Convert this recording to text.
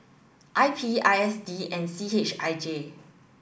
I P I S D and C H I J